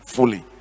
Fully